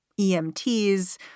EMTs